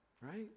right